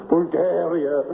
Bulgaria